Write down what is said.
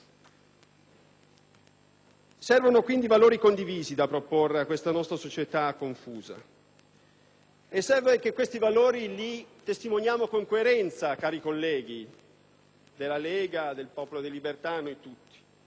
Servono quindi valori condivisi da proporre a questa nostra società confusa ed è necessario che questi valori vengano testimoniati da noi con coerenza, cari colleghi della Lega, del Popolo della Libertà, noi tutti.